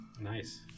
Nice